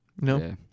No